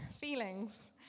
feelings